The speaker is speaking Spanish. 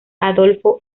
adolfo